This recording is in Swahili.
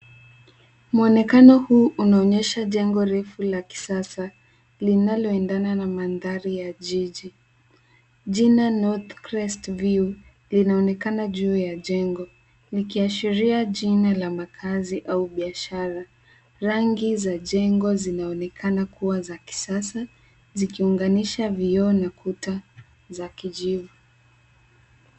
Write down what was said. Mwonekano huu unaonyesha jengo refu la kisasa linaloendana na mandhari ya jiji. Jina NorthCrest View linaonekana juu ya jengo, likiashiria jina la makazi au biashara. Rangi za jengo zinaonekana kuwa za kisasa zikiunganisha vioo na kuta za kijivu.